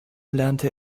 lernte